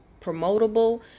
promotable